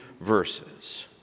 verses